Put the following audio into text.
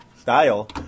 style